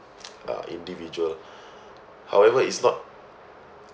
uh individual however it's not